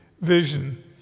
vision